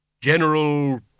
General